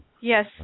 Yes